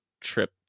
trip